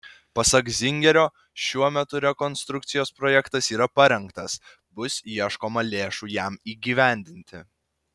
pasak zingerio šiuo metu rekonstrukcijos projektas yra parengtas bus ieškoma lėšų jam įgyvendinti